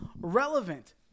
relevant